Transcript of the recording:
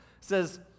Says